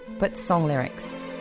but song lyrics.